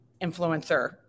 influencer